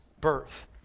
birth